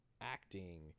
acting